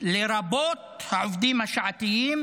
לרבות העובדים השעתיים